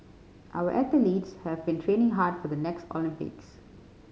our athletes have been training hard for the next Olympics